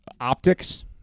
optics